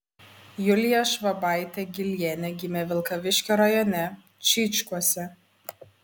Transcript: julija švabaitė gylienė gimė vilkaviškio rajone čyčkuose